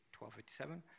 1257